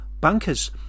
bankers